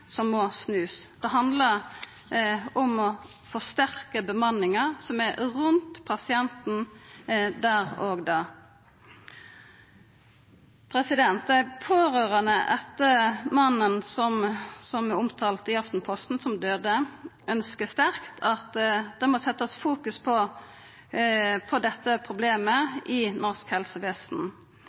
som må snu. Det handlar om å forsterka bemanninga som er rundt pasienten der og då. Dei pårørande etter mannen som er omtalt i Aftenposten, og som døydde, ønskjer sterkt at ein må fokusera på dette problemet i